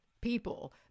people